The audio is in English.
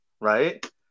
right